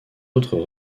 autres